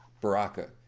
Baraka